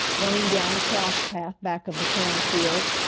running down the cross path back of the cornfield.